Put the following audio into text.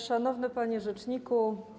Szanowny Panie Rzeczniku!